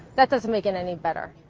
that doesn't make it any better.